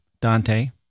Dante